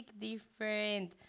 different